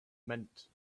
meant